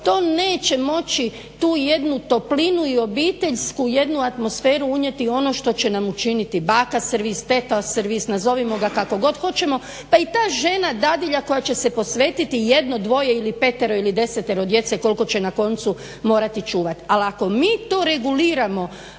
to neće moći tu jednu toplinu i obiteljsku jednu atmosferu unijeti ono što će nam učiniti baka servis, teta servis, nazovimo ga kako god hoćemo. Pa i ta žena, dadilja koje će se posvetiti jedno, dvoje, petero ili desetero djece koliko će na koncu morati čuvati, ali ako mi to reguliramo